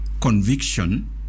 conviction